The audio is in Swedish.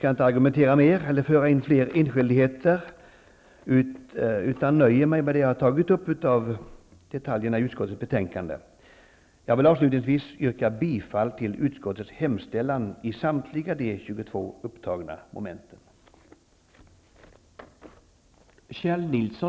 Jag skall inte gå in på fler enskildheter utan nöjer mig med det jag tagit upp av detaljerna i utskottets betänkande. Jag vill avslutningsvis yrka bifall till utskottets hemställan i samtliga de 22 upptagna momenten.